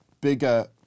bigger